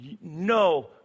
no